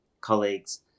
colleagues